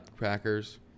Packers